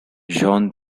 jean